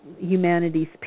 humanities